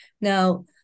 Now